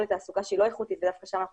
או לתעסוקה שהיא לא איכותית ודווקא שם אנחנו